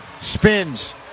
spins